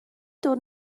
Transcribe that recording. dod